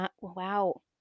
wow